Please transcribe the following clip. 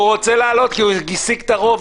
הוא רוצה להעלות, כי הוא השיג עכשיו את הרוב.